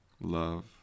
love